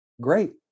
great